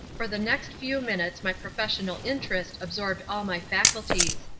for the next few minutes my professional interest absorbed all my faculties.